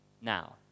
Now